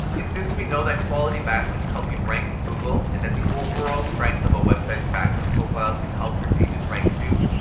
since we know that quality backlinks help you rank in google, and that the overall strength of a website's backlink profile can help your pages rank too,